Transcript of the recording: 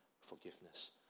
forgiveness